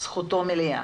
זכותו המלאה,